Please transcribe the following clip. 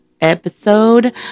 episode